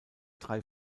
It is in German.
drei